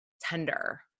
tender